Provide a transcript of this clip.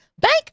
Bank